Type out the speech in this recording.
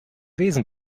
wesen